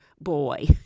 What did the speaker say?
boy